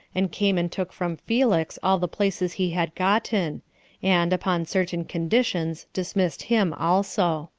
and came and took from felix all the places he had gotten and, upon certain conditions, dismissed him also.